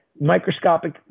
microscopic